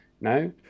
No